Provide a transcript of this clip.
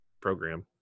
program